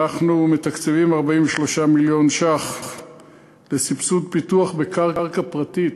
אנחנו מתקצבים 43 מיליון ש"ח לסבסוד פיתוח בקרקע פרטית.